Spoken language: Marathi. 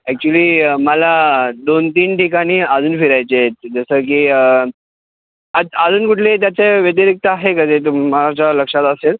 ॲक्चुली मला दोन तीन ठिकाणी अजून फिरायचे आहेत जसं की आज अजून कुठले त्याच्या व्यतिरिक्त आहे का ते तुमच्या लक्षात असेल